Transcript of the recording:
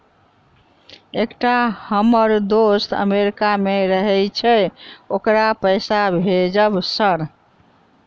एकटा हम्मर दोस्त अमेरिका मे रहैय छै ओकरा पैसा भेजब सर?